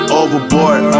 overboard